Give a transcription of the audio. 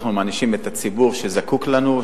אנחנו מענישים את הציבור שזקוק לנו,